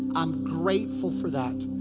i'm grateful for that.